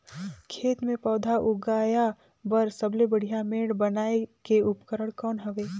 खेत मे पौधा उगाया बर सबले बढ़िया मेड़ बनाय के उपकरण कौन हवे?